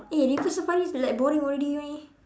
eh river-safari like boring already leh